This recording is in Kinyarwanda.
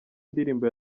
ndirimbo